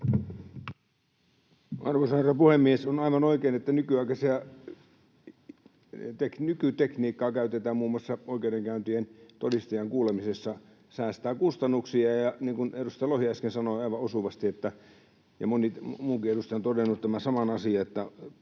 Arvoisa herra puhemies! On aivan oikein, että nykytekniikkaa käytetään muun muassa oikeudenkäyntien todistajien kuulemisessa. Se säästää kustannuksia, ja niin kuin edustaja Lohi äsken sanoi aivan osuvasti — ja moni muukin edustaja on todennut tämän saman asian —